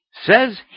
says